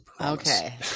Okay